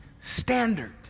standard